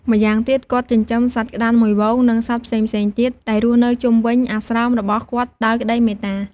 ម្យ៉ាងទៀត គាត់ចិញ្ចឹមសត្វក្ដាន់មួយហ្វូង និងសត្វផ្សេងៗទៀត ដែលរស់នៅជុំវិញអាស្រមរបស់គាត់ដោយក្ដីមេត្តា។